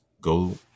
go